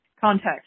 context